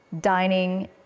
dining